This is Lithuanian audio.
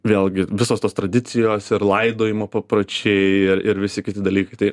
vėlgi visos tos tradicijos ir laidojimo papročiai ir ir visi kiti dalykai tai